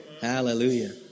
Hallelujah